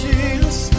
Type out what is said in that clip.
Jesus